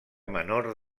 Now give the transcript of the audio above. menor